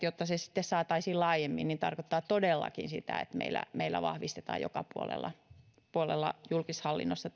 jotta tätä sitten saataisiin laajennettua niin se tarkoittaa todellakin sitä että meillä meillä vahvistetaan hankintaa joka puolella puolella julkishallinnossa